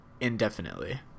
indefinitely